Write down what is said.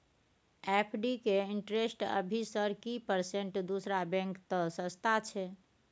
FD के interest अभी sir की परसेंट दूसरा बैंक त सस्ता छः?